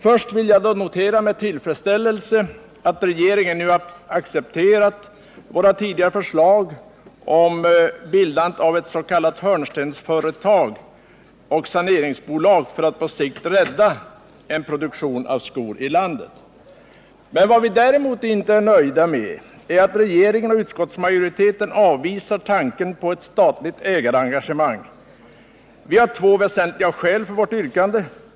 Först vill jag notera med tillfredsställelse att regeringen nu accepterat våra tidigare förslag om bildandet av ett s.k. hörnstensföretag och saneringsbolag för att på sikt rädda en produktion av skor i landet. Men vad vi däremot inte är nöjda med är att regeringen och utskottsmajoriteten avvisar tanken på ett statligt ägarengagemang. Vi har två väsentliga skäl för vårt yrkande.